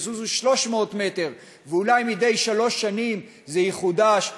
יזוזו 300 מטרים ואולי מדי שלוש שנים זה יחודש,